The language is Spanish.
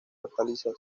hortalizas